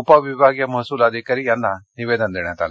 उपविभागीय महसूल अधिकारी यांना निवेदन देण्यात देण्यात आल